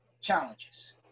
challenges